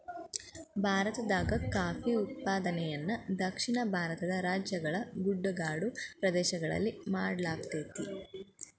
ಭಾರತದಾಗ ಕಾಫಿ ಉತ್ಪಾದನೆಯನ್ನ ದಕ್ಷಿಣ ಭಾರತದ ರಾಜ್ಯಗಳ ಗುಡ್ಡಗಾಡು ಪ್ರದೇಶಗಳಲ್ಲಿ ಮಾಡ್ಲಾಗತೇತಿ